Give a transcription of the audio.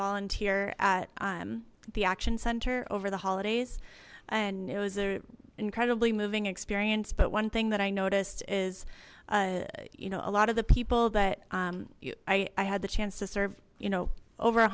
volunteer at the action center over the holidays and it was a incredibly moving experience but one thing that i noticed is you know a lot of the people that you i had the chance to serve you know over a